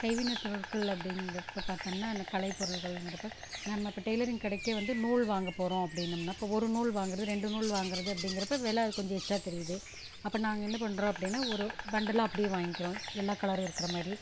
கைவினைப் பொருட்கள் அப்படிங்கிறப்ப பார்த்தோம்னா அந்த கலை பொருள்கங்கிறப்போ நம்ம இப்போ டெய்லரிங் கடைக்கே வந்து நூல் வாங்கப் போகிறோம் அப்படின்னம்னா இப்போ ஒரு நூல் வாங்கிறது ரெண்டு நூல் வாங்கிறது அப்படிங்கிறப்ப விலை கொஞ்சம் எச்சாக தெரியுது அப்போ நாங்கள் என்ன பண்ணுறோம் அப்படின்னா ஒரு பண்டலாக அப்படியே வாங்கிக்கிறோம் எல்லா கலரும் இருக்கிற மாதிரி